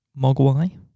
Mogwai